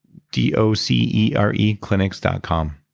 d o c e r e clinics dot com.